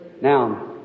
Now